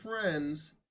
friends